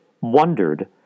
wondered